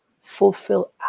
fulfill